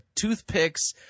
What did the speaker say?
toothpicks